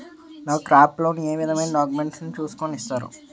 నాకు crop loan ఏ విధమైన డాక్యుమెంట్స్ ను చూస్కుని ఇస్తారు?